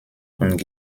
und